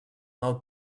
nou